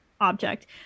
object